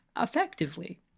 effectively